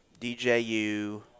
DJU